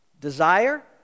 Desire